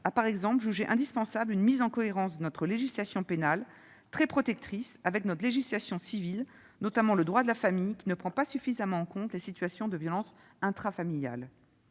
a, par exemple, jugé indispensable une mise en cohérence de notre législation pénale, très protectrice, avec notre législation civile, notamment le droit de la famille, qui ne prend pas suffisamment en compte les situations de violences intrafamiliales.